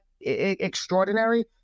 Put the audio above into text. extraordinary